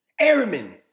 airmen